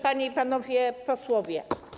Panie i Panowie Posłowie!